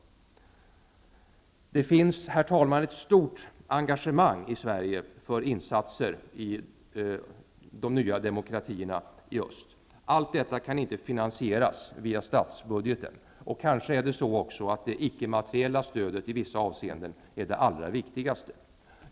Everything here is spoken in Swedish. Det finns, herr talman, ett stort engagemang i Allt detta kan inte finansieras via statsbudgeten. Kanske är det också så, att det icke-materiella stödet i vissa avseenden är det allra viktigaste.